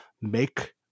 make